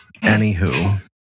Anywho